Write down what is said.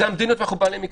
זו המדיניות ואנו בעי מקצוע.